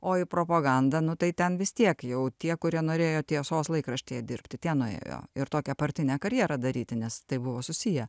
o į propogandą nu tai ten vis tiek jau tie kurie norėjo tiesos laikraštyje dirbti tie nuėjo ir tokią partinę karjerą daryti nes tai buvo susiję